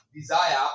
desire